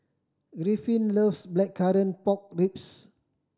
Griffin loves Blackcurrant Pork Ribs